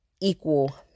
equal